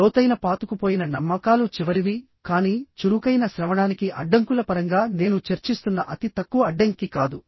లోతైన పాతుకుపోయిన నమ్మకాలు చివరివికానీ చురుకైన శ్రవణానికి అడ్డంకుల పరంగా నేను చర్చిస్తున్న అతి తక్కువ అడ్డంకి కాదు